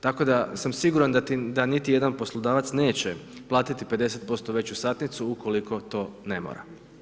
Tako da sam siguran da niti jedan poslodavac neće plati 50% veću satnicu ukoliko to ne mora.